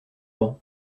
banc